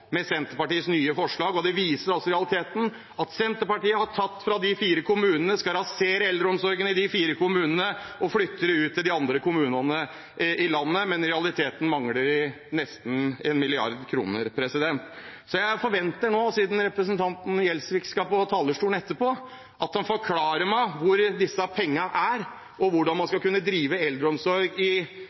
med Senterpartiets nye forslag. Det viser i realiteten at Senterpartiet har tatt fra eldreomsorgen i de fire kommunene og flytter det ut til de andre kommunene i landet. Men i realiteten mangler de nesten 1 mrd. kr. Jeg forventer nå, siden representanten Gjelsvik skal på talerstolen etterpå, at han forklarer meg hvor disse pengene er, og hvordan hans egen partifelle, – ordfører Vigdenes i Stjørdal, skal drive eldreomsorg